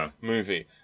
movie